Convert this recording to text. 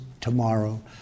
tomorrow